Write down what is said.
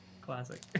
Classic